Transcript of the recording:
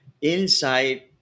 inside